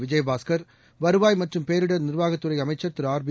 விஜயபாஸ்கர் வருவாய் மற்றும் பேரிடர் நிர்வாகத் துறை அமைச்சர் திருஆர்பி